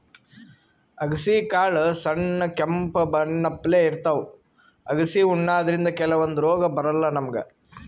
ಅಗಸಿ ಕಾಳ್ ಸಣ್ಣ್ ಕೆಂಪ್ ಬಣ್ಣಪ್ಲೆ ಇರ್ತವ್ ಅಗಸಿ ಉಣಾದ್ರಿನ್ದ ಕೆಲವಂದ್ ರೋಗ್ ಬರಲ್ಲಾ ನಮ್ಗ್